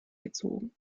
gezogen